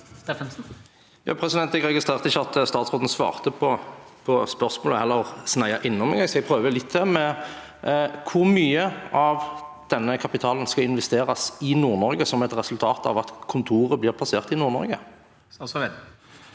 Jeg registrerte ikke at statsråden svarte på spørsmålet, men heller sneide innom, vil jeg si. Jeg prøver litt til: Hvor mye av denne kapitalen skal investeres i Nord-Norge, som et resultat av at kontoret blir plassert i Nord-Norge? Statsråd